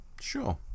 Sure